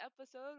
episode